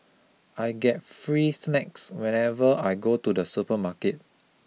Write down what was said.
I get free snacks whenever I go to the supermarket